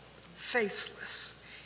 faceless